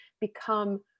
become